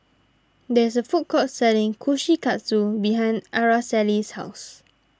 there is a food court selling Kushikatsu behind Araceli's house